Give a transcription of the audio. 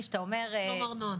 בואי, יש לך אחריות במשרד